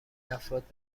افراد